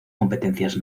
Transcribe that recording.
competencias